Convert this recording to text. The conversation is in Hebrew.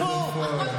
פה.